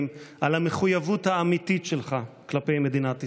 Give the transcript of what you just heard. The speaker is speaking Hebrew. על המחויבות האמיתית שלך כלפי מדינת ישראל.